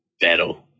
battle